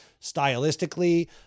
stylistically